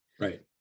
right